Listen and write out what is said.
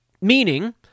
meaning